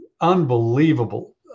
unbelievable